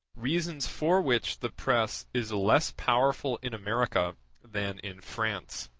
reasons for which the press is less powerful in america than in france.